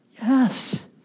Yes